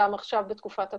גם עכשיו בתקופת הקורונה,